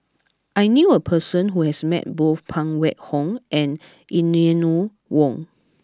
I knew a person who has met both Phan Wait Hong and Eleanor Wong